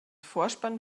vorspann